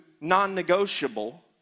non-negotiable